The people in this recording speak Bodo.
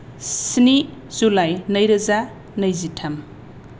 स्नि जुलाइ नैरोजा नैजिथाम